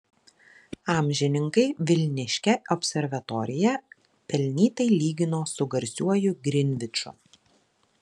amžininkai vilniškę observatoriją pelnytai lygino su garsiuoju grinviču